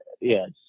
Yes